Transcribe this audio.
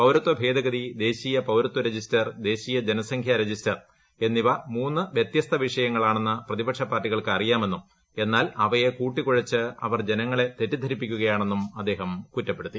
പൌരത്വ ഭേദഗതി ദേശീയ പൌരത്വ രജിസ്റ്റർ ദേശീയ ജനസംഖ്യ രജിസ്റ്റർ എന്നിവ മൂന്ന് വ്യത്യസ്ത വിഷയങ്ങളാണെന്ന് പ്രതിപക്ഷ പാർട്ടികൾക്ക് അറിയാമെന്നും എന്നാൽ അവയെ കൂട്ടികുഴച്ച് അവർ ജനങ്ങളെ തെറ്റിദ്ധരിപ്പിക്കുകയാണെന്നും അദ്ദേഹം കുറ്റപ്പെടുത്തി